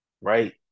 right